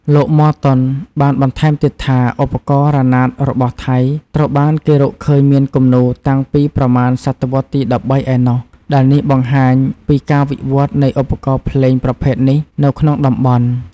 លោក ម័រតុន បានបន្ថែមទៀតថា ឧបករណ៍រ៉ាណាតរបស់ថៃ ត្រូវបានគេរកឃើញមានគំនូរតាំងពីប្រមាណសតវត្សរ៍ទី១៣ ឯណោះ ដែលនេះបង្ហាញពីការវិវឌ្ឍនៃឧបករណ៍ភ្លេងប្រភេទនេះនៅក្នុងតំបន់។